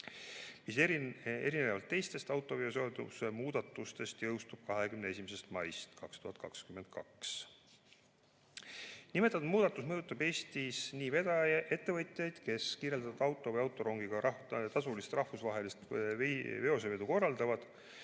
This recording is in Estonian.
mis erinevalt teistest autoveoseaduse muudatustest jõustub 21. maist 2022. Nimetatud muudatus mõjutab Eestis nii ettevõtjaid, kes kirjeldatud auto või autorongiga tasulist rahvusvahelist veosevedu korraldavad,